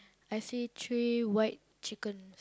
I see three white chicken